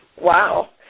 Wow